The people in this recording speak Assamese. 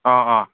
অ' অ'